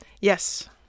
Yes